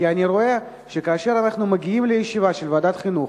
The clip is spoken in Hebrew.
כי אני רואה שכאשר אנחנו מגיעים לישיבה של ועדת החינוך,